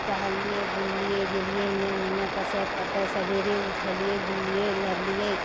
टहललियै बुललियै गेलियै एन्ने उन्ने कसरत करतइ सवेरे उठेलियै बुललियै लड़लियै